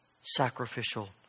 sacrificial